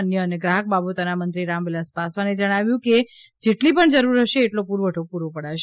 અન્ન અને ગ્રાહક બાબતોના મંત્રી રામવિલાસ પાસવાને જણાવ્યું છે કે જેટલી પણ જરૂર હશે એટલો પુરવઠો પુરો પડાશે